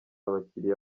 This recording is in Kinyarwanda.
abakiriya